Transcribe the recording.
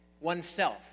oneself